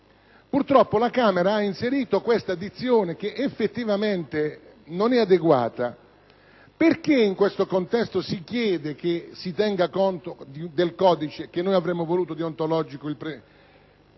purtroppo, la Camera ha inserito tale dizione, che effettivamente non e adeguata. In questo contesto si chiede che si tenga conto del codice che avremmo voluto deontologico… ASCIUTTI